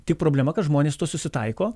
tik problema kad žmonės tuo susitaiko